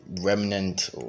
remnant